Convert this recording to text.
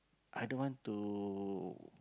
i don't want to